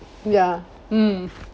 ya mm